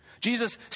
Jesus